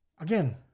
Again